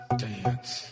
dance